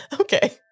Okay